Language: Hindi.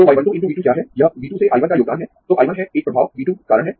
तो y 1 2 × V 2 क्या है यह V 2 से I 1 का योगदान है तो I 1 है एक प्रभाव V 2 कारण है